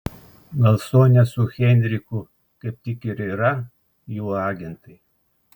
gal sonia su heinrichu kaip tik ir yra jų agentai